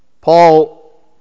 Paul